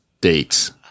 dates